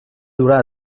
durà